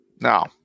Now